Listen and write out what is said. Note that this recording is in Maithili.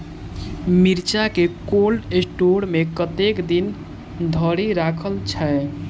मिर्चा केँ कोल्ड स्टोर मे कतेक दिन धरि राखल छैय?